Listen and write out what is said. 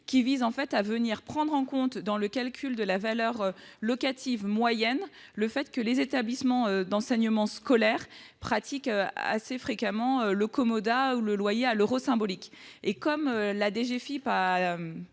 Il s'agit de prendre en compte, dans le calcul de la valeur locative moyenne, le fait que les établissements d'enseignement scolaire pratiquent assez fréquemment le commodat ou la location à l'euro symbolique. Or la direction